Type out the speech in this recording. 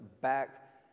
back